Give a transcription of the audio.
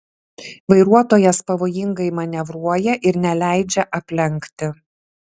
vairuotojas pavojingai manevruoja ir neleidžia aplenkti